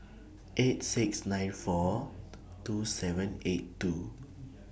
eight six nine four two seven eight two